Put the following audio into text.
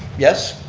yes?